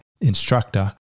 instructor